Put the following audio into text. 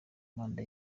manda